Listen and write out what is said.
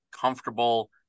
comfortable